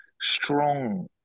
strong